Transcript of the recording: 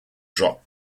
drop